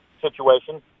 situation